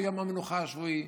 יום המנוחה השבועי,